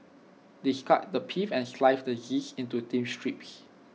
discard the pith and slice the zest into thin strips